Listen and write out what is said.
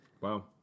Wow